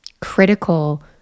critical